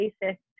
basis